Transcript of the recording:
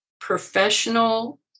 professional